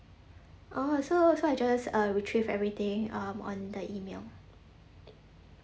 oh so so I just uh retrieve everything um on the email